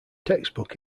textbook